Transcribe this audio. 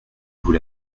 vous